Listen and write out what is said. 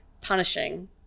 punishing